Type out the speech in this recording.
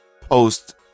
post